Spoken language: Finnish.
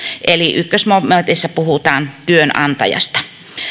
eli ensimmäisessä momentissa puhutaan työnantajasta